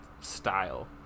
style